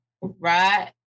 Right